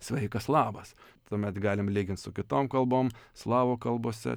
sveikas labas tuomet galim lygint su kitom kalbom slavų kalbose